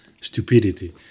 stupidity